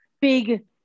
big